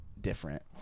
different